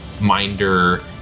Minder